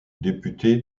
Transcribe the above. député